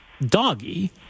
Doggy